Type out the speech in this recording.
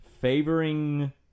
favoring